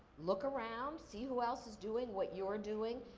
look around, see who else is doing what you're doing.